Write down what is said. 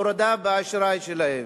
הורדה בדירוג האשראי שלהן.